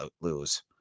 lose